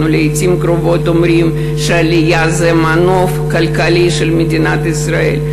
אנחנו לעתים קרובות אומרים שעלייה זה מנוף כלכלי של מדינת ישראל.